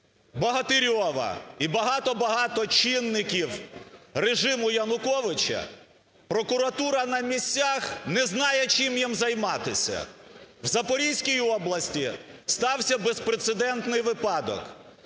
Богатирьова і багато-багато чинників режиму Януковича, прокуратура на місцях не знає, чим їм займатися. В Запорізькій області стався безпрецедентний випадок: